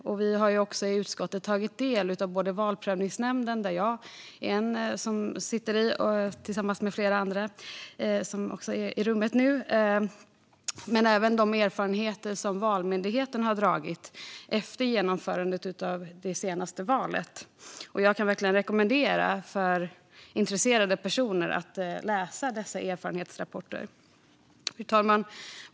Vi i utskottet har också tagit del av erfarenheterna från Valprövningsnämnden, där jag sitter tillsammans med flera andra som är i rummet nu, men även av de erfarenheter som Valmyndigheten har efter genomförandet av det senaste valet. Jag kan verkligen rekommendera intresserade personer att läsa dessa erfarenhetsrapporter. Fru talman!